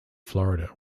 florida